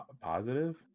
Positive